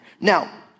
Now